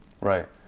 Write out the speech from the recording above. Right